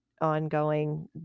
ongoing